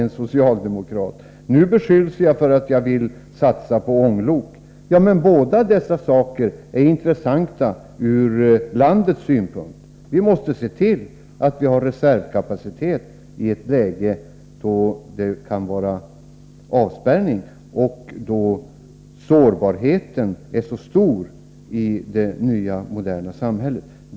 Nu beskylls jag för att vilja satsa på ånglok. Alla de nämnda sakerna är intressanta ur landets synpunkt. Vi måste se till att vi har reservkapacitet i händelse av avspärrning, och då sårbarheten är så stor i det nya moderna samhället.